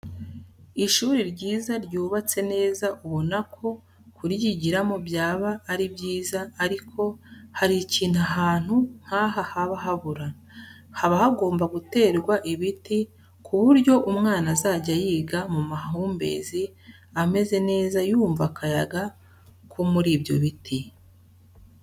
Ishuri ryiza ryubatse neza ubona ko kuryigiramo byaba ari byiza ariko hari ikintu ahantu nk'aha haba habura, haba hagomba guterwa ibiti, ku buryo umwana azajya yiga mu mahumbezi ameze neza yumva akayaga ko muri ibyo biti.